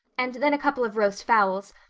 and then a couple of roast fowls.